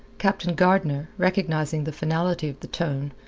captain gardner, recognizing the finality of the tone,